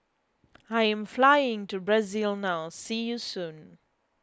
I am flying to Brazil now see you soon